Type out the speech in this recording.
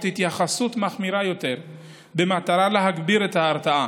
התייחסות מחמירה יותר במטרה להגביר את ההרתעה.